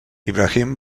ibrahim